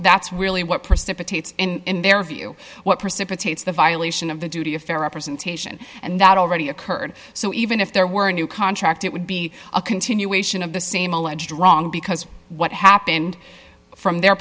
that's really what precipitates in their view what precipitates the violation of the duty of fair representation and that already occurred so even if there were a new contract it would be a continuation of the same alleged wrong because what happened from their